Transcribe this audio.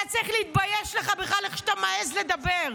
אתה צריך להתבייש לך בכלל איך שאתה מעז לדבר.